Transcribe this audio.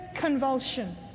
convulsion